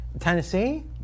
Tennessee